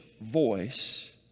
voice